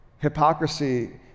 hypocrisy